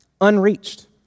Unreached